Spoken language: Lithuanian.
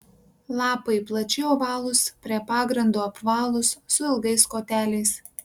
lapai plačiai ovalūs prie pagrindo apvalūs su ilgais koteliais